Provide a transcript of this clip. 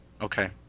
Okay